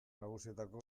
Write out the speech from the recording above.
nagusietako